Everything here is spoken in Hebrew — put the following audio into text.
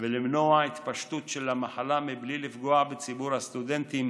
ולמנוע התפשטות של המחלה בלי לפגוע בציבור הסטודנטים